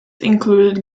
included